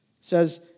says